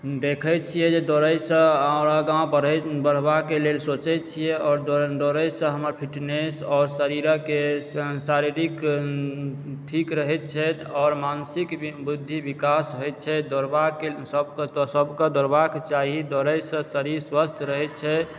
देखै छियै जे दौड़यसँ आओर आगाँ बढ़े बढ़बाक लेल सोचै छियै आओर दौड़ै दौड़यसँ हमर फिटनेस आओर शरीरके शारीरिक ठीक रहैत छथि आओर मानसिक बुद्धि विकास होयत छै दौड़बाक सभकेँ तऽ सभकेँ दौड़बाक चाही दौड़यसँ शरीर स्वस्थ रहै छै